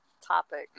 topic